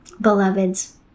Beloveds